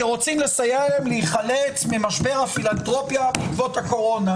כי רוצים לסייע להם להיחלץ ממשבר הפילנתרופיה בעקבות הקורונה.